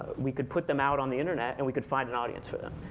we could put them out on the internet and we could find an audience for them.